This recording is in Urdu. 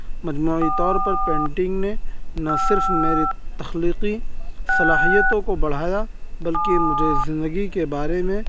مجموعی طور پر پینٹنگ نے نہ صرف میری تخلیقی صلاحیتوں کو بڑھایا بلکہ مجھے زندگی کے بارے میں